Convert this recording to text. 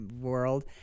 world